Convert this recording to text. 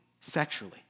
sexually